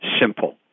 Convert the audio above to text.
simple